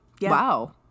Wow